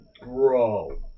bro